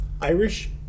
Irish